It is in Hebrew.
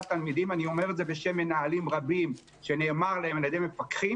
תלמידים - אני אומר את זה בשם תלמידים רבים שנאמר להם על ידי מפקחים